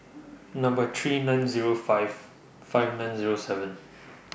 three nine Zero five five nine Zero seven